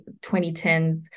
2010s